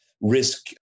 risk